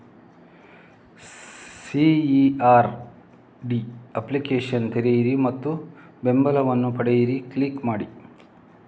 CERD application ತೆರೆಯಿರಿ ಮತ್ತು ಬೆಂಬಲವನ್ನು ಪಡೆಯಿರಿ ಕ್ಲಿಕ್ ಮಾಡಿ